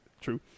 True